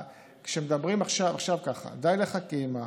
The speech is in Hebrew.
כשמדברים עכשיו ככה: די לחכימא,